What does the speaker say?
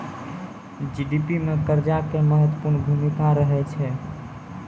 GDP मे कर्जा के महत्वपूर्ण भूमिका रहै छै